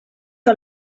que